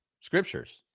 Scriptures